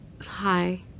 Hi